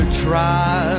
try